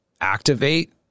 activate